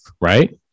right